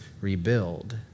rebuild